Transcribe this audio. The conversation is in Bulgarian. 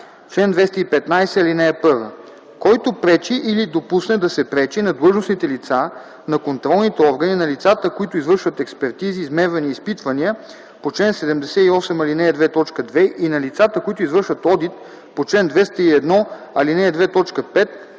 „Чл. 215. (1) Който пречи или допусне да се пречи на длъжностните лица, на контролните органи, на лицата, които извършват експертизи, измервания и изпитвания по чл. 78, ал. 2, т. 2, и на лицата, които извършват одит по чл. 201, ал. 2,